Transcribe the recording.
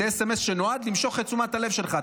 זה סמ"ס שנועד למשוך את תשומת הלב שלך,